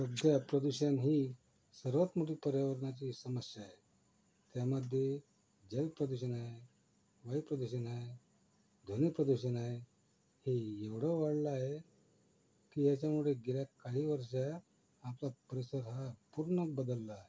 सध्या प्रदूषण ही सर्वात मोठी पर्यावरणाची समस्या आहे त्यामध्ये जलप्रदूषण आहे वायूप्रदूषण आहे ध्वनीप्रदूषन आहे हे एवढं वाढलं आहे की याच्यामुळे गेल्या काही वर्षात आपला परिसर हा पूर्ण बदलला